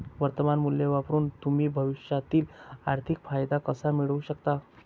वर्तमान मूल्य वापरून तुम्ही भविष्यातील आर्थिक फायदा कसा मिळवू शकता?